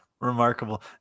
Remarkable